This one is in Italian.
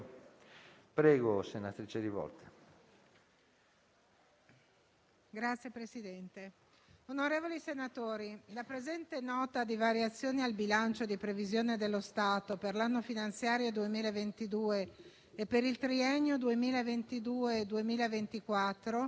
*relatrice*. Signor Presidente, onorevoli colleghi, la presente Nota di variazioni al bilancio di previsione dello Stato per l'anno finanziario 2022 e per il triennio 2022-2024